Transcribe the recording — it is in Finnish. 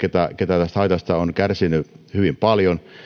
ketkä tästä haitasta ovat kärsineet hyvin paljon